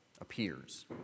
appears